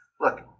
look